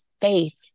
faith